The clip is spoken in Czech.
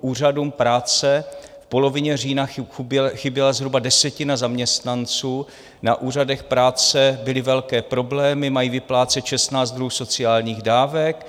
Úřadům práce v polovině října chyběla zhruba desetina zaměstnanců, na úřadech práce byly velké problémy, mají vyplácet šestnáct druhů sociálních dávek.